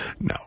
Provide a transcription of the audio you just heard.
No